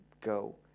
go